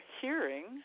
hearing